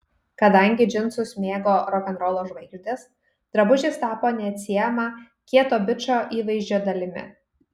kadangi džinsus mėgo rokenrolo žvaigždės drabužis tapo neatsiejama kieto bičo įvaizdžio dalimi